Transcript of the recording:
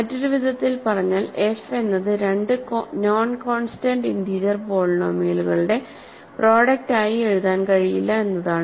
മറ്റൊരു വിധത്തിൽ പറഞ്ഞാൽ എഫ് എന്നത് രണ്ട് നോൺ കോൺസ്റ്റന്റ് ഇന്റീജർ പോളിനോമിയലുകളുടെ പ്രോഡക്ട് ആയി എഴുതാൻ കഴിയില്ല എന്നതാണ്